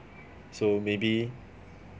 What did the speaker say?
so maybe